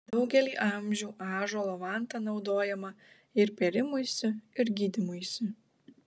daugelį amžių ąžuolo vanta naudojama ir pėrimuisi ir gydymuisi